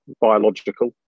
biological